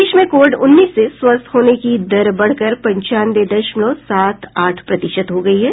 देश में कोविड उन्नीस से स्वस्थ होने की दर बढ़कर पंचानवे दशमलव सात आठ प्रतिशत हो गई है